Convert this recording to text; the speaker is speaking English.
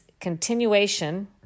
continuation